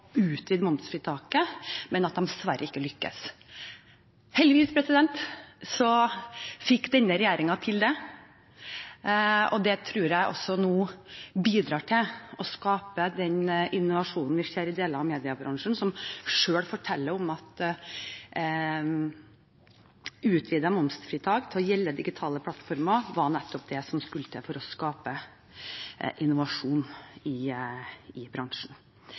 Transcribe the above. utvide momsfritaket, men at de dessverre ikke lyktes. Heldigvis fikk denne regjeringen det til, og det tror jeg bidrar til å skape den innovasjonen vi ser i deler av mediebransjen, som selv forteller at et utvidet momsfritak som skal gjelde digitale plattformer, var nettopp det som skulle til for å skape innovasjon i bransjen.